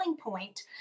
point